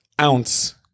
ounce